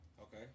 Okay